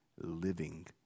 living